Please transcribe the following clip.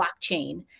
blockchain